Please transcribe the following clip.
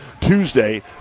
Tuesday